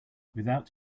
without